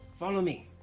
follow me,